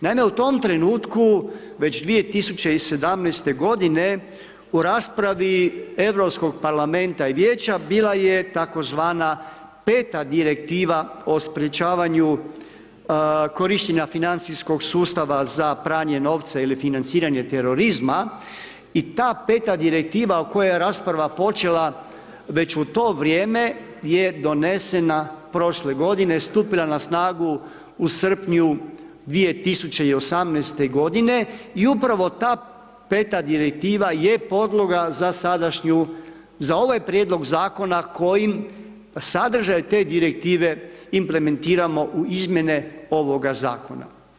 Naime, u tom trenutku već 2017. godine u raspravi Europskog parlamenta i Vijeća bila je tzv. 5. Direktiva o sprječavanju korištenja financijskog sustava za pranje novca ili financiranje terorizma i ta 5. Direktiva o kojoj je rasprava počela već u to vrijeme je donesena prošle godine, stupila na snagu u srpnju 2018. i upravo ta 5. Direktiva je podloga za sadašnju, za ovaj prijedlog zakona kojim sadržaj te Direktive implementiramo u izmjene ovoga zakona.